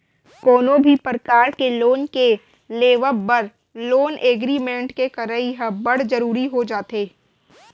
कोनो भी परकार के लोन के लेवब बर लोन एग्रीमेंट के करई ह बड़ जरुरी हो जाथे